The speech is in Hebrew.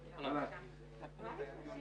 09:58.